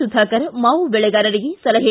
ಸುಧಾಕರ್ ಮಾವು ಬೆಳೆಗಾರರಿಗೆ ಸಲಹೆ